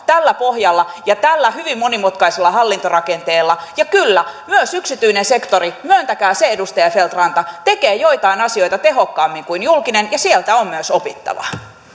tällä pohjalla ja tällä hyvin monimutkaisella hallintorakenteella ja kyllä myös yksityinen sektori myöntäkää se edustaja feldt ranta tekee joitain asioita tehokkaammin kuin julkinen ja sieltä on myös opittavaa